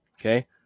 Okay